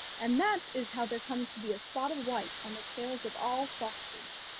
and that is how there comes to be a spot of white on the tails of all foxes.